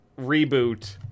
reboot